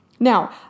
Now